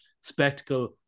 spectacle